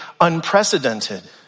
unprecedented